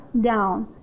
down